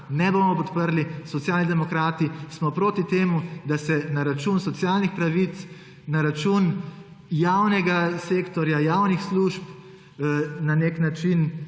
ne bomo podprli. Socialni demokrati smo proti temu, da se na račun socialnih pravic, na račun javnega sektorja, javnih služb na nek način